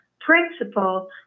principle